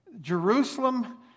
Jerusalem